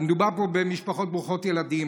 אז מדובר פה במשפחות ברוכות ילדים,